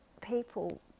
people